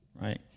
right